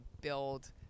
build